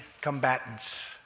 combatants